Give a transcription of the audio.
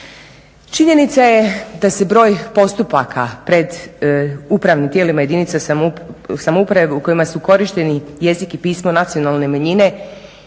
Činjenica je da se broj postupaka pred upravnim tijelima jedinica samouprave u kojima su korišteni jezik i pismo nacionalne manjine